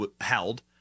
held